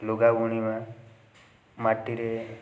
ଲୁଗା ବୁଣିବା ମାଟିରେ